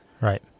Right